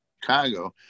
Chicago